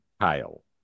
Kyle